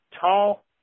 tall